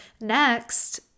Next